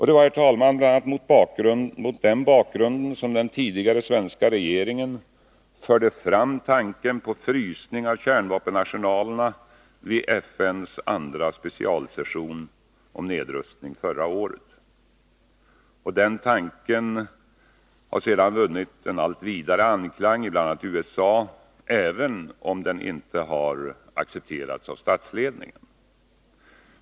Det var bl.a. mot den bakgrunden, herr talman, som den tidigare svenska regeringen förde fram tanken på frysning av kärnvapenarsenalerna vid FN:s andra specialsession om nedrustning förra året. Den tanken har sedan vunnit en allt vidare anklang i bl.a. USA, även om den inte har accepterats av statsledningen.